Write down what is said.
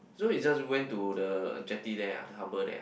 so you just went to the jetty there ah the harbor there ah